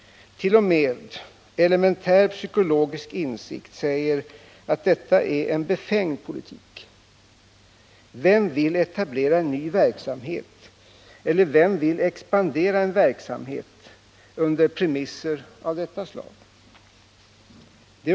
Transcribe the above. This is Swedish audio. T. o. m. elementär psykologisk insikt säger att detta är en befängd politik. Vem vill etablera en ny verksamhet eller expandera en verksamhet under premisser av detta slag?